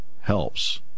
helps